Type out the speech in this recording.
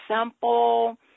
simple